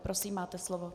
Prosím, máte slovo.